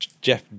Jeff